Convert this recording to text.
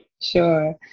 Sure